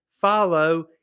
follow